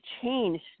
change